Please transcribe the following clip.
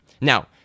Now